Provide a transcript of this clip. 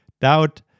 doubt